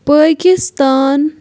Pakistan